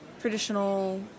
traditional